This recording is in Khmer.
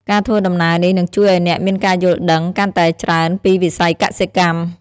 ការធ្វើដំណើរនេះនឹងជួយឱ្យអ្នកមានការយល់ដឹងកាន់តែច្រើនពីវិស័យកសិកម្ម។